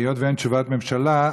היות שאין תשובת ממשלה,